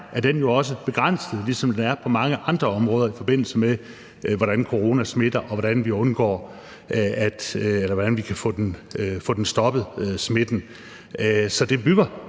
er den jo også begrænset, ligesom den er på mange andre områder, i forbindelse med hvordan corona smitter og hvordan vi kan få smitten stoppet. Så det bygger